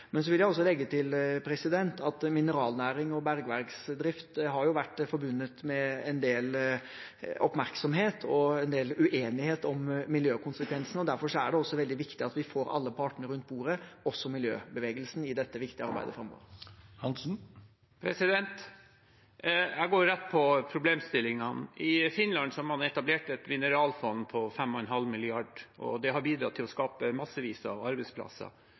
Men jeg vil også legge til at mineralnæring og bergverksdrift har vært forbundet med en del oppmerksomhet og en del uenighet om miljøkonsekvensene. Derfor er det også veldig viktig at vi får alle partene rundt bordet – også miljøbevegelsen – i dette viktig arbeidet framover. Jeg går rett på problemstillingen. I Finland har man etablert et mineralfond på 5,5 mrd. kr. Det har bidratt til å skape massevis av arbeidsplasser.